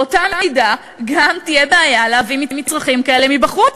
באותה מידה גם תהיה בעיה להביא מצרכים כאלה מבחוץ.